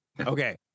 okay